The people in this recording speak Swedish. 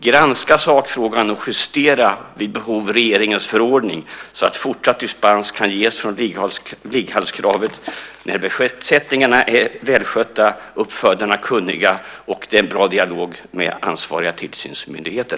Granska sakfrågan och justera vid behov regeringens förordning så att fortsatt dispens kan ges från ligghallskravet när besättningarna är välskötta, uppfödarna kunniga och det är en bra dialog med ansvariga tillsynsmyndigheter.